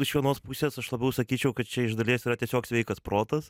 iš vienos pusės aš labiau sakyčiau kad čia iš dalies yra tiesiog sveikas protas